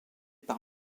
par